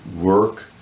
work